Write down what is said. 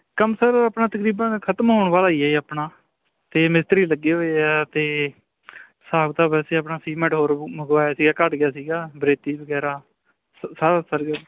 ਕੰਮ ਸਰ ਆਪਣਾ ਤਕਰੀਬਨ ਖ਼ਤਮ ਹੋਣ ਵਾਲਾ ਹੀ ਹੈ ਆਪਣਾ ਅਤੇ ਮਿਸਤਰੀ ਲੱਗੇ ਹੋਏ ਹੈ ਅਤੇ ਹਿਸਾਬ ਤਾਂ ਵੈਸੇ ਆਪਣਾ ਸੀਮੈਂਟ ਹੋਰ ਮੰਗਵਾਇਆ ਸੀਗਾ ਘੱਟ ਗਿਆ ਸੀਗਾ ਬਰੇਤੀ ਵਗੈਰਾ ਸ ਸਾਰਾ ਸਰ ਗਿਆ